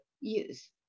use